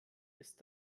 ist